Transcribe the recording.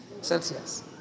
Celsius